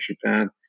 Japan